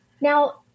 Now